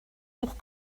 pour